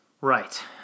Right